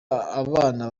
abana